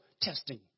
testing